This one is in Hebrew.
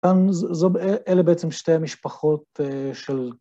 כאן, אלה בעצם שתי המשפחות של...